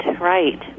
Right